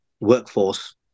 workforce